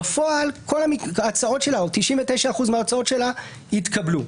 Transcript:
בפועל כל ההצעות שלה או 99% מההצעות שלה התקבלו.